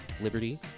liberty